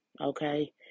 okay